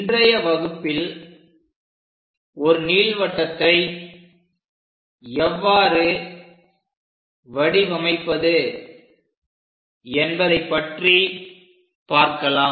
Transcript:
இன்றைய வகுப்பில் ஒரு நீள்வட்டத்தை எவ்வாறு வடிவமைப்பது என்பதை பற்றி பார்க்கலாம்